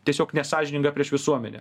tiesiog nesąžininga prieš visuomenę